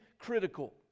Critical